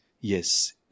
Yes